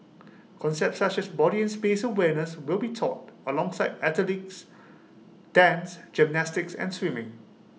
concepts such as body and space awareness will be taught alongside athletics dance gymnastics and swimming